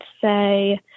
say